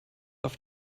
auf